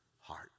heart